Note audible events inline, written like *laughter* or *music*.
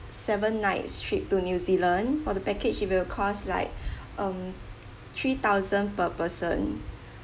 seven nights trip to new zealand for the package it will cost like *breath* um three thousand per person